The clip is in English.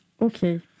okay